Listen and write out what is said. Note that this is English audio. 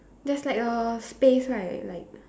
there's like a space right like